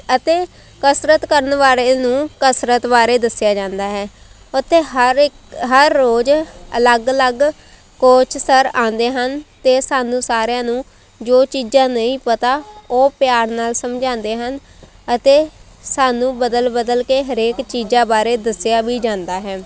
ਅਤੇ ਕਸਰਤ ਕਰਨ ਵਾਲੇ ਨੂੰ ਕਸਰਤ ਬਾਰੇ ਦੱਸਿਆ ਜਾਂਦਾ ਹੈ ਉੱਥੇ ਹਰ ਇਕ ਹਰ ਰੋਜ਼ ਅਲੱਗ ਅਲੱਗ ਕੋਚ ਸਰ ਆਉਂਦੇ ਹਨ ਅਤੇ ਸਾਨੂੰ ਸਾਰਿਆਂ ਨੂੰ ਜੋ ਚੀਜ਼ਾਂ ਨਹੀਂ ਪਤਾ ਉਹ ਪਿਆਰ ਨਾਲ ਸਮਝਾਉਂਦੇ ਹਨ ਅਤੇ ਸਾਨੂੰ ਬਦਲ ਬਦਲ ਕੇ ਹਰੇਕ ਚੀਜ਼ਾਂ ਬਾਰੇ ਦੱਸਿਆ ਵੀ ਜਾਂਦਾ ਹੈ